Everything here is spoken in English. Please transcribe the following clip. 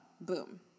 boom